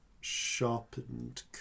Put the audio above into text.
sharpened